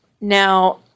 Now